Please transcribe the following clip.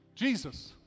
Jesus